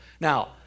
now